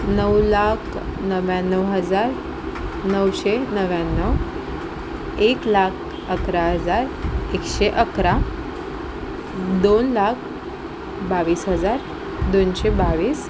नऊ लाख नव्याण्णव हजार नऊशे नव्याण्णव एक लाख अकरा हजार एकशे अकरा दोन लाख बावीस हजार दोनशे बावीस